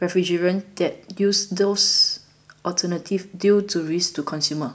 refrigerants that use those alternatives due to risks to consumers